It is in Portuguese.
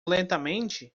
lentamente